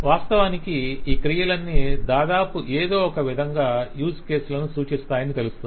వాస్తవానికి ఈ క్రియలన్నీ దాదాపు ఏదో ఒక విధంగా యూజ్ కేసులను సూచిస్తాయని తెలుస్తుంది